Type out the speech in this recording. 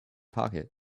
pocket